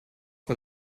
mit